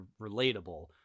relatable